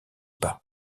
pas